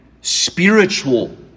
spiritual